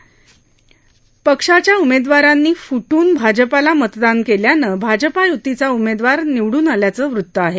काँग्रेस पक्षाच्या उमेदवारांनी फ्टून भाजपाला मतदान केल्यानं भाजपा य्तीचा उमेदवार निवडून आल्याचं वृत्त आहे